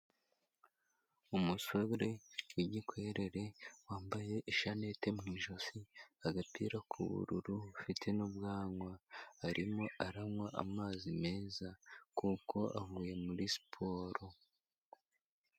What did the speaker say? Umusore w'igikwerere wambaye ishanete mu ijosi, agapira k'ubururu ufite n'ubwanwa, arimo aranywa amazi meza kuko avuye muri siporo.